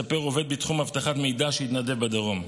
מספר עובד בתחום אבטחת מידע שהתנדב בדרום,